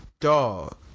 dog